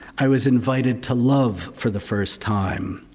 i was invited to love for the first time.